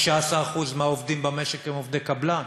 15% מהעובדים במשק הם עובדי קבלן,